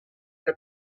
que